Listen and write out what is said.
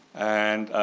and